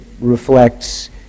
reflects